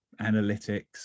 analytics